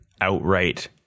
outright